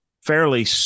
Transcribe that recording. fairly